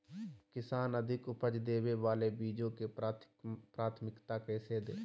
किसान अधिक उपज देवे वाले बीजों के प्राथमिकता कैसे दे?